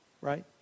right